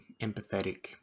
empathetic